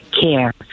care